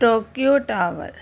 Tokyo tower